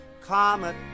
Comet